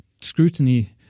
scrutiny